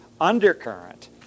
undercurrent